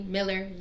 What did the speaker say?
Miller